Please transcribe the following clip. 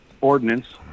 ordinance